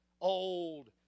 old